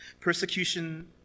Persecution